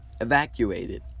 evacuated